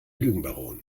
lügenbaron